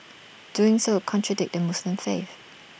doing so contradict the Muslim faith